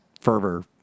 fervor